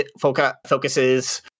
focuses